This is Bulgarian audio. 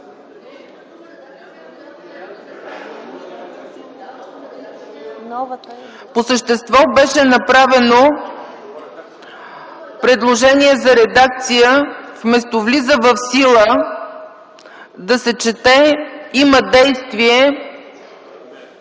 По същество беше направено предложение за редакция – вместо „влиза в сила” да се чете „има действие”...